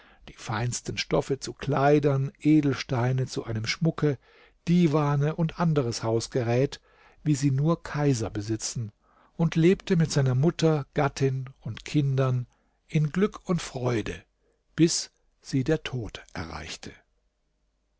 die feinsten stoffe zu kleidern edelsteine zu einem schmucke divane und anderes hausgerät wie sie nur kaiser besitzen und lebte mit seiner mutter gattin und kindern in glück und freude bis sie der tod erreichte